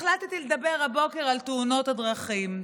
החלטתי לדבר הבוקר על תאונות הדרכים.